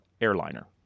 airliner